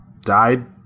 died